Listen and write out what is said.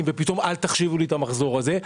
ופתאום אל תחשיבו לי את המחזור הזה.